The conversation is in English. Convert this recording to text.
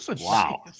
Wow